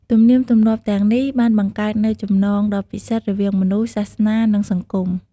ទំនៀមទម្លាប់ទាំងនេះបានបង្កើតនូវចំណងដ៏ពិសិដ្ឋរវាងមនុស្ស សាសនា និងសង្គម។